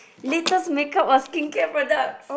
latest makeup or skincare products